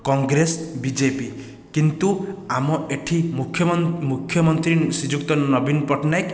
Congress BJP କିନ୍ତୁ ଆମ ଏଠି ମୁଖ୍ୟମନ୍ତ୍ରୀ ଶ୍ରୀଯୁକ୍ତ ନବୀନ ପଟ୍ଟନାୟକ